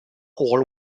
all